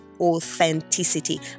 authenticity